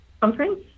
conference